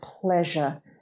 pleasure